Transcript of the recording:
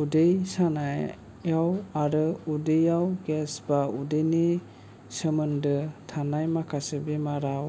उदै सानायाव आरो उदैयाव गेस बा उदैनि सोमोन्दो थानाय माखासे बेरामाव